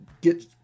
get